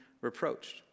reproached